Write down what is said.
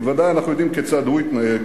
ובוודאי אנחנו יודעים כיצד הוא התנהג